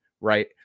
right